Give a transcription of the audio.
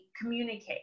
communicate